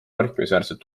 märkimisväärselt